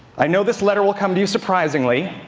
i know this letter will come to you surprisingly,